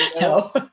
No